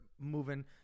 moving